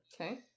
Okay